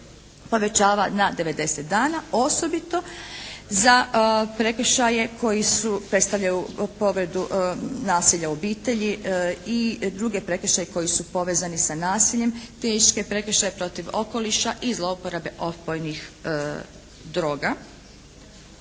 povećava na 90 dana. Osobito za prekršaje koji su, predstavljaju povredu nasilja u obitelji i druge prekršaje koji su povezani sa nasiljem, teški prekršaji protiv okoliša i zlouporabe opojnih droga.